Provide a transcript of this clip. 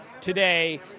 today